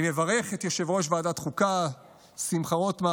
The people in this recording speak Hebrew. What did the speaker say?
אני מברך את יושב-ראש ועדת החוקה שמחה רוטמן